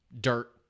Dirt